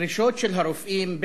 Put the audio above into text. הדרישות של הרופאים,